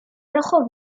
rojo